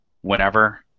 whenever